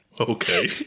Okay